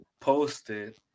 posted